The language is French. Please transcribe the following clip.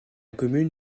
commune